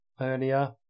earlier